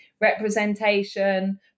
representation